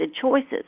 choices